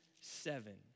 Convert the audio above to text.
seven